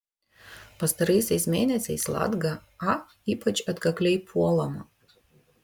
pastaraisiais mėnesiais latga a ypač atkakliai puolama